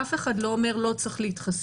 אף אחד לא אומר לא צריך להתחסן,